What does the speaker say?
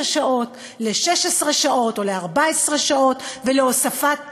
שעות ל-16 שעות או ל-14 שעות ולהוספת תקנים.